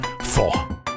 four